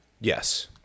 Yes